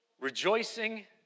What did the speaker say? Rejoicing